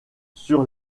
sur